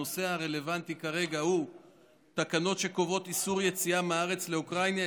הנושא הרלוונטי כרגע הוא תקנות שקובעות איסור יציאה מהארץ לאוקראינה,